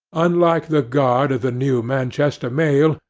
unlike the guard of the new manchester mail,